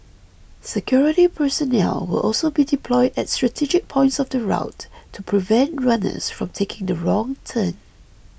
security personnel will also be deployed at strategic points of the route to prevent runners from taking the wrong turn